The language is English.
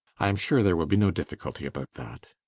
i am sure there will be no difficulty about that.